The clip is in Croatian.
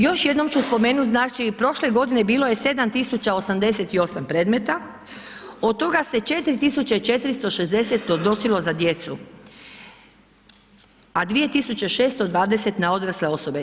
Još jednom ću spomenuti znači prošle godine bilo je 7.088 predmeta, od toga se 4.460 odnosilo za djecu, a 2.620 na odrasle osobe.